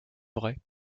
vraie